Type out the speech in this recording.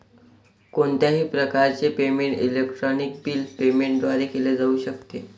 कोणत्याही प्रकारचे payment electronic bill payment द्वारे केले जाऊ शकते